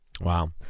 Wow